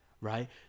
right